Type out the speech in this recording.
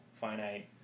finite